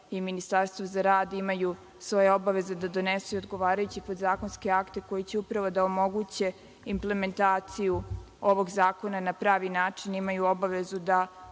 i Ministarstvo za rad imaju svoje obaveze da donesu i odgovarajuće podzakonske akte, koji će upravo da omoguće implementaciju ovog zakona na pravi način. Imaju obavezu da